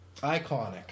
Iconic